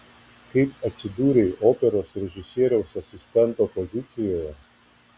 kaip atsidūrei operos režisieriaus asistento pozicijoje